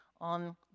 on